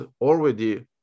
already